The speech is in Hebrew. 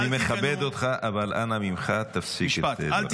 אני מכבד אותך, אבל אנא ממך, תפסיק את דבריך.